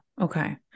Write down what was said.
Okay